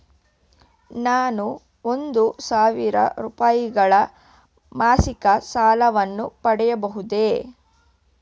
ನಾನು ಒಂದು ಸಾವಿರ ರೂಪಾಯಿಗಳ ಮಾಸಿಕ ಸಾಲವನ್ನು ಪಡೆಯಬಹುದೇ?